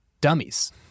dummies